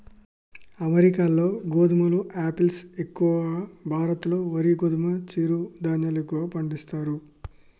అమెరికాలో గోధుమలు ఆపిల్స్ ఎక్కువ, భారత్ లో వరి గోధుమ చిరు ధాన్యాలు ఎక్కువ పండిస్తారు